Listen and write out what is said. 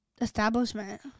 establishment